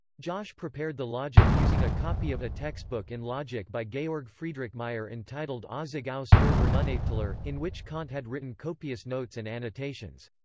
jasche prepared the logik using a copy of a textbook in logic by georg friedrich meier entitled auszug aus der vernunftlehre, in which kant had written copious notes and annotations.